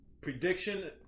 Prediction